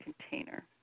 container